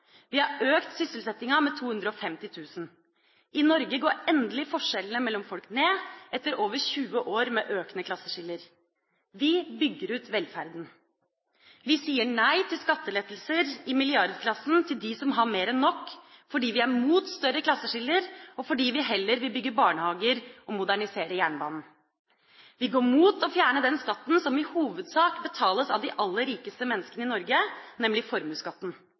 Vi har økt sysselsettinga med 250 000. I Norge går endelig forskjellene mellom folk ned, etter over 20 år med økende klasseskiller. Vi bygger ut velferden. Vi sier nei til skattelettelser i milliardklassen til dem som har mer enn nok, fordi vi er imot større klasseskiller, og fordi vi heller vil bygge barnehager og modernisere jernbanen. Vi går imot å fjerne den skatten som i hovedsak betales av de aller rikeste menneskene i Norge, nemlig formuesskatten.